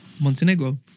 Montenegro